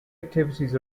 activities